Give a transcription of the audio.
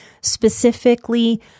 specifically